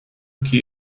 que